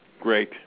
Great